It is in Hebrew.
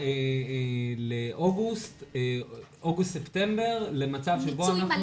להגיע באוגוסט-ספטמבר למצב שבו אנחנו